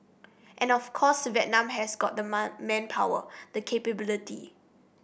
and of course Vietnam has got the manpower the capability